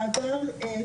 מנהלת,